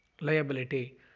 liability